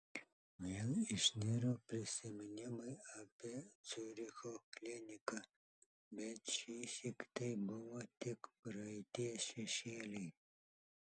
vėl išniro prisiminimai apie ciuricho kliniką bet šįsyk tai buvo tik praeities šešėliai